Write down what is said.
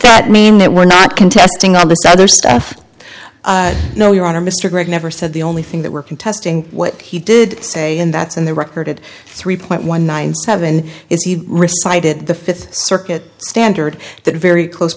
that mean that we're not contesting of this other stuff no your honor mr gregg never said the only thing that we're contesting what he did say and that's in the record three point one nine seven is he responded the fifth circuit standard that very close